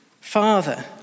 Father